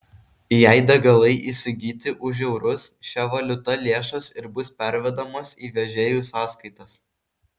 jei degalai įsigyti už eurus šia valiuta lėšos ir bus pervedamos į vežėjų sąskaitas